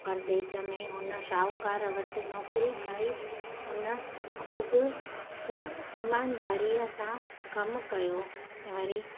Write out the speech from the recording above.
परदेस में हुन शाहुकारु वटि नौकरी कई उन ख़ूबु क ईमानदारीअ सां कमु कयो वरी